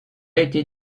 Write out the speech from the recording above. été